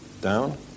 down